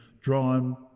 drawn